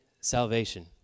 salvation